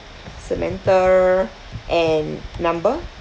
samantha and number